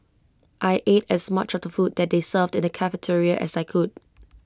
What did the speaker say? I ate as much of the food that they served in the cafeteria as I could